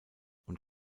und